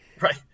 Right